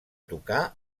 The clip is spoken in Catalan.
tocar